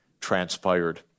transpired